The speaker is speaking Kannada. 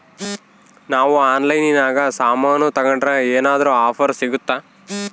ನಾವು ಆನ್ಲೈನಿನಾಗ ಸಾಮಾನು ತಗಂಡ್ರ ಏನಾದ್ರೂ ಆಫರ್ ಸಿಗುತ್ತಾ?